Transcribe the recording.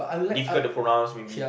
difficult to pronounce maybe